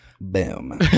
Boom